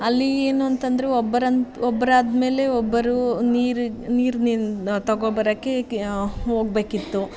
ಅಲ್ಲಿ ಏನು ಅಂತ ಅಂದರು ಒಬ್ರು ಅಂತ ಒಬ್ಬರಾದ್ಮೇಲೆ ಒಬ್ಬರು ನೀರು ನೀರು ನಿನ್ನ ತಗೊಬರೋಕ್ಕೆ ಹೋಗ್ಬೇಕಿತ್ತು